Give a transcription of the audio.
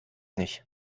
nicht